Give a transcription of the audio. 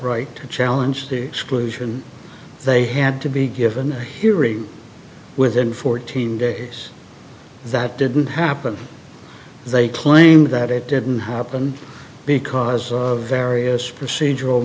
right to challenge the exclusion they had to be given a hearing within fourteen days that didn't happen they claimed that it didn't happen because of various procedural